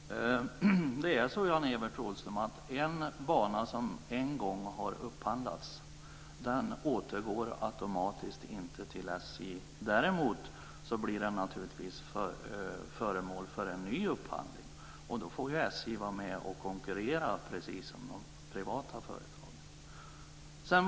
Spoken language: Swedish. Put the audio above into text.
Fru talman! Det är så, Jan-Evert Rådhström, att en bana som en gång har upphandlats återgår inte automatiskt till SJ. Däremot blir den naturligtvis föremål för en ny upphandling, och då får ju SJ vara med och konkurrera precis som de privata företagen.